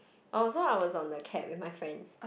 I also I was on the cab with my friends